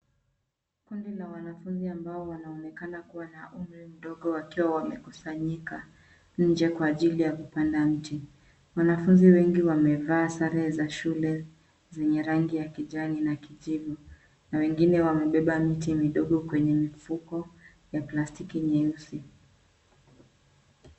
Kundi la wanafunzi ambao wanaonekana kuwa na umri mdogo wakiwa wamekusanyika nje kwa ajili ya kupanda mti. Wanafunzi wengi wamevaa sare za shule zenye rangi ya kijani na kijivu na wengine wamebeba miti midogo kwenye mifuko ya plastiki nyeusi.